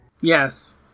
Yes